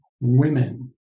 women